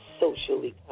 socially